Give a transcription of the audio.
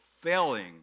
failing